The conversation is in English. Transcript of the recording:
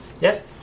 Yes